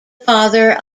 father